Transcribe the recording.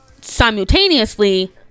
simultaneously